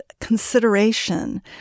consideration